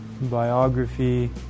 biography